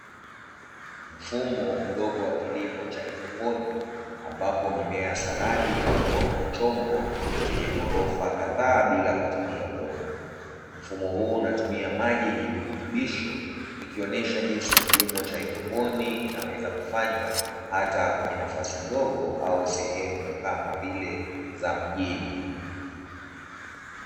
Mfumo mdogo wa kilimo cha haidroponi ambapo mimea ya saladi inakua kwenye chombo chenye ghorofa kadhaa bila kutumia udongo. Mfumo huu unatumia maji yenye virutubisho, ikionyehsa jinsi kilimo cha haidroponi kinaweza kufanywa hata kwenye nafasi ndogo au sehemu kama vile za mjini.